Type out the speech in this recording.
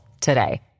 today